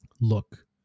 Look